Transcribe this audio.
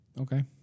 Okay